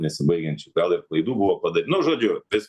nesibaigiančių gal ir klaidų buvo pada nu žodžiu visko